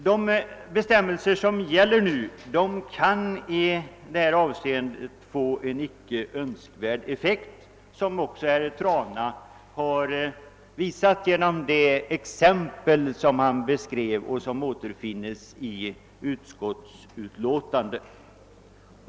De bestämmelser som nu gäller kan i det här avseendet få en icke önskvärd effekt, vilket herr Trana redovisar genom att anföra det exempel, som återfinns i utskottets utlåtande.